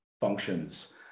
functions